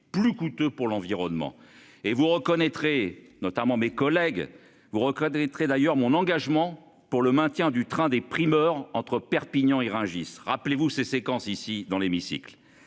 plus coûteux pour l'environnement et vous reconnaîtrez notamment mes collègues vous recadrer très d'ailleurs mon engagement pour le maintien du train des primeurs entre Perpignan et Rungis. Rappelez-vous ces séquences ici dans l'hémicycle